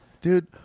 Dude